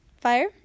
fire